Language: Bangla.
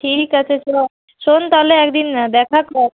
ঠিক আছে চল শোন তাহলে একদিন দেখা কর